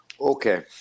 Okay